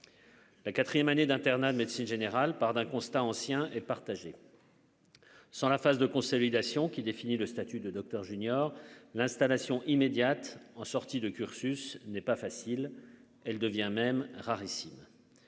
La quatrième année d'internat de médecine générale, part d'un constat ancien et partagé. Sans la phase de consolidation qui définit le statut de Docteur junior l'installation immédiate en sortie de cursus n'est pas facile, elle devient même rarissime,